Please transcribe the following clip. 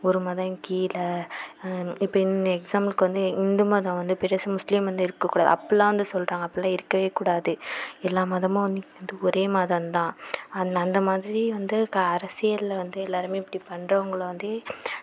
ஒரு மதம் கீழே இப்போ இங் எக்ஸாம்பிளுக்கு வந்து இந்து மதம் வந்து பெருசு முஸ்லீம் வந்து இருக்கக்கூடாது அப்படில்லாம் வந்து சொல்கிறாங்க அப்படில்லாம் இருக்கவேக்கூடாது எல்லா மதமும் வந்து ஒரே மதம் தான் அந்த அந்த மாதிரி வந்து க அரசியலில் வந்து எல்லாேருமே இப்படி பண்ணுறவங்கள வந்து